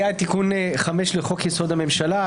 היה תיקון 5 לחוק-יסוד: הממשלה,